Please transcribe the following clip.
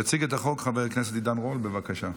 יציג את החוק חבר הכנסת עידן רול, בבקשה.